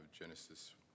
Genesis